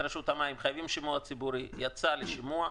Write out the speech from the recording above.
חייבים שימוע ציבורי ולכן בספטמבר זה יצא לשימוע.